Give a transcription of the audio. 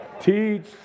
Teach